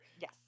Yes